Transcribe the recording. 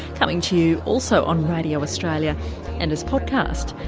coming to you also on radio australia and as podcast.